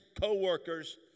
co-workers